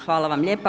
Hvala vam lijepa.